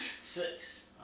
six